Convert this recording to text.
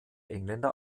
engländer